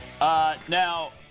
now